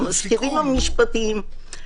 המזכירים המשפטיים,